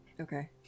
Okay